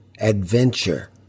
Adventure